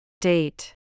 Date